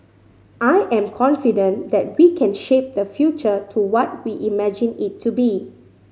I am confident that we can shape the future to what we imagine it to be